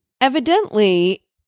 Evidently